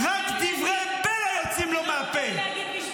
ממש דברי בלע יוצאים לו מהפה.